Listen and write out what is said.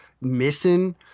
missing